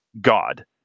God